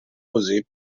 così